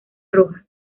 roja